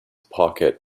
pocket